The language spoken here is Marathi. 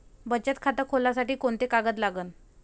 बचत खात खोलासाठी कोंते कागद लागन?